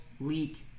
leak